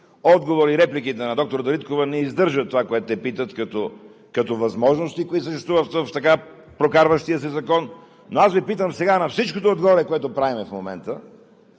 Отговорите и репликите на доктор Дариткова не издържат това, което те питат като възможности, които съществуват в прокарващия се Закон. Но аз Ви питам сега, на всичкото отгоре, което правим в момента